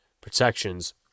protections